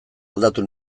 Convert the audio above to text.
aldatu